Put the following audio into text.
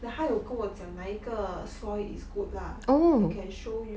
like 他有跟我讲哪一个 soil is good lah I can show you